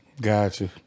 gotcha